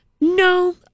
No